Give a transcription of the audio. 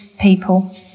people